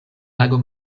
lago